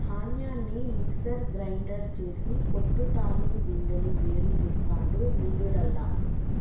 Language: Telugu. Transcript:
ధాన్యాన్ని మిక్సర్ గ్రైండర్ చేసి పొట్టు తాలు గింజలు వేరు చెస్తాండు మిల్లులల్ల